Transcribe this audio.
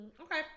Okay